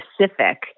specific